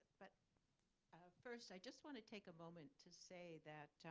but ah first i just want to take a moment to say that